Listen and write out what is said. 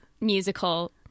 musical